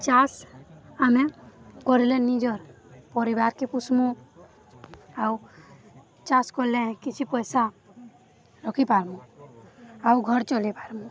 ଚାଷ ଆମେ କରଲେ ନିଜର ପରିବାରକେ ପୁଷମୁ ଆଉ ଚାଷ କଲେ କିଛି ପଇସା ରଖିପାରମୁ ଆଉ ଘର ଚଲେଇ ପାର୍ମୁ